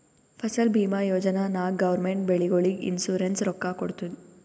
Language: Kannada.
ಫಸಲ್ ಭೀಮಾ ಯೋಜನಾ ನಾಗ್ ಗೌರ್ಮೆಂಟ್ ಬೆಳಿಗೊಳಿಗ್ ಇನ್ಸೂರೆನ್ಸ್ ರೊಕ್ಕಾ ಕೊಡ್ತುದ್